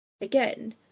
Again